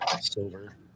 Silver